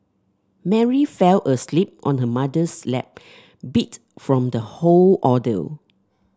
Mary fell asleep on her mother's lap beat from the whole ordeal